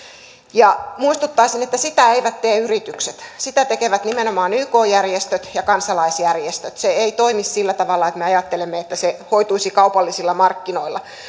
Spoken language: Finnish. muistuttaisin että sitä eivät tee yritykset sitä tekevät nimenomaan yk järjestöt ja kansalaisjärjestöt se ei toimi sillä tavalla että me ajattelemme että se hoituisi kaupallisilla markkinoilla